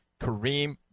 Kareem